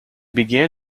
began